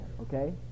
Okay